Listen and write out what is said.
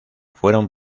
fueron